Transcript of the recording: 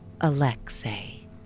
Alexei